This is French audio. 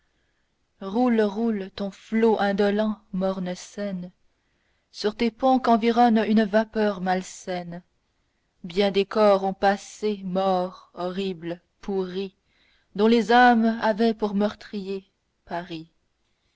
roule roule ton flot indolent morne seine sur tes ponts qu'environne une vapeur malsaine bien des corps ont passé morts horribles pourris dont les âmes avaient pour meurtrier paris